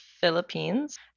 Philippines